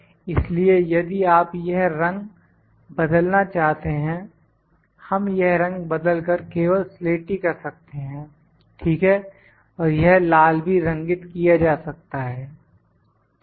इसलिए यदि आप यह रंग बदलना चाहते हैं हम यह रंग बदल कर केवल स्लेटी कर सकते हैं ठीक है और यह लाल भी रंगित किया जा सकता है ठीक है